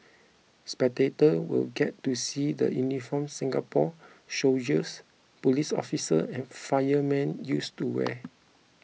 spectator will get to see the uniforms Singapore soldiers police officers and firemen used to wear